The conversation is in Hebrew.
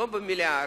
לא במיליארדים,